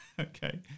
Okay